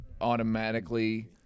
Automatically